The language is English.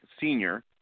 senior